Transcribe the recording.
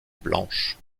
blanche